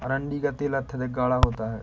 अरंडी का तेल अत्यधिक गाढ़ा होता है